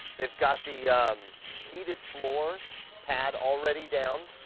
they've got the heated floor pad already down.